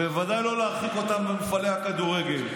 ובוודאי לא להרחיק אותם ממפעלי הכדורגל.